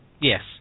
Yes